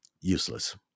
useless